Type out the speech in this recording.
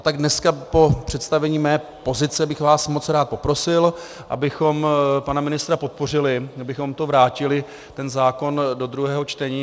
Tak dneska po představení své pozice bych vás moc rád poprosil, abychom pana ministra podpořili, abychom vrátili ten zákon do druhého čtení.